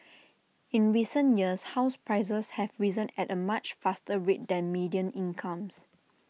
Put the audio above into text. in recent years house prices have risen at A much faster rate than median incomes